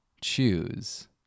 choose